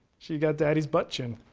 she got daddy's butt chin.